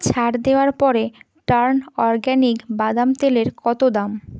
ছাড় দেওয়ার পরে টার্ন অরগ্যানিক বাদাম তেলের কত দাম